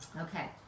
Okay